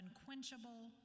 unquenchable